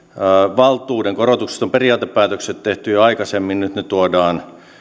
valtuuden korotuksista on periaatepäätökset tehty jo aikaisemmin nyt ne tuodaan